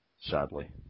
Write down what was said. Sadly